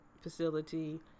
facility